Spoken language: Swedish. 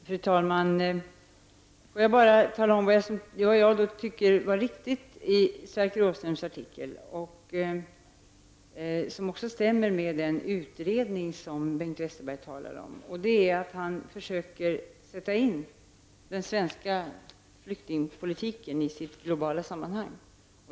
Fru talman! Får jag bara tala om vad jag tycker är riktigt i Sverker Åströms artikel och som också stämmer med den utredning som Bengt Westerberg talar om, nämligen att Sverker Åström försöker sätta in den svenska flyktingpolitiken i dess globala sammanhang.